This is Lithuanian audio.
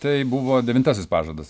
tai buvo devintasis pažadas